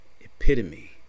epitome